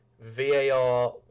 VAR